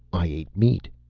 i ate meat.